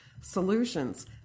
solutions